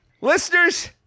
Listeners